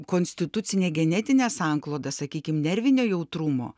konstitucinė genetinė sankloda sakykim nervinio jautrumo